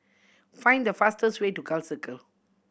find the fastest way to Gul Circle